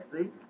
See